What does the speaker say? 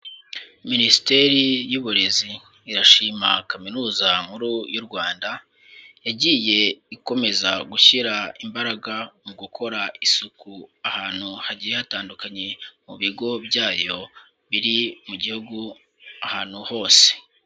Minisiteri y'Uburezi irashima Kaminuza Nkuru y'u Rwanda, yagiye ikomeza gushyira imbaraga mu gukora isuku ahantu hagiye hatandukanye mu bigo byayo, biri mu gihugu ahantu hose.